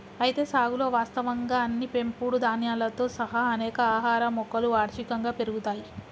అయితే సాగులో వాస్తవంగా అన్ని పెంపుడు ధాన్యాలతో సహా అనేక ఆహార మొక్కలు వార్షికంగా పెరుగుతాయి